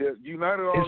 United